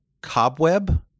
cobweb